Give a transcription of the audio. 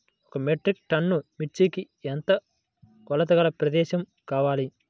ఒక మెట్రిక్ టన్ను మిర్చికి ఎంత కొలతగల ప్రదేశము కావాలీ?